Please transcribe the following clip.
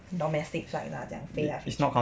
domestic flight lah 这样 they like